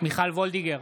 מיכל מרים וולדיגר,